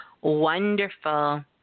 wonderful